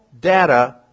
data